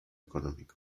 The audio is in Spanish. económico